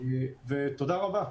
תודה רבה.